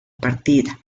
partida